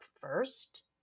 first